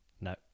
No